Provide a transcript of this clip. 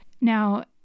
Now